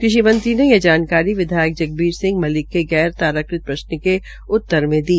कृषि मंत्री ने यह जानकारी छतीस विधायक जगबीर सिह महिल के गैर ताराकृत प्रश्न के उत्तर मे दी